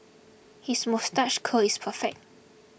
his moustache curl is perfect